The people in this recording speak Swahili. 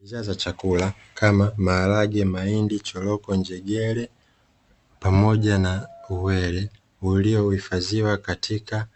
Bidhaa za chakula kama maharage, mahindi, choroko, njegere pamoja na uwele ulihifadhiwa katika